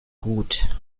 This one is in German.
gut